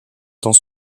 dans